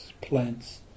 plants